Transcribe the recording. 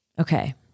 Okay